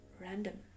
random